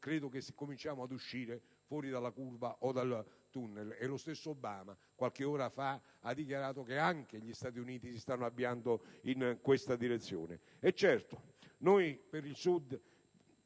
vedendo - cominciamo ad uscire dalla curva o dal tunnel. E lo stesso Obama, qualche ora fa, ha dichiarato che anche gli Stati Uniti si stanno avviando in questa direzione. Certo, purtroppo per il Sud,